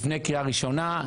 לפני הקריאה הראשונה.